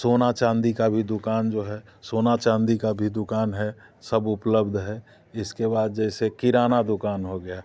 सोना चांदी का भी दुकान जो है सोना चांदी का भी दुकान है सब उपलब्ध है इसके बाद जैसे किराना दुकान हो गया